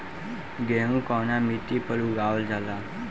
गेहूं कवना मिट्टी पर उगावल जाला?